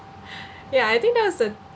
ya I think that was the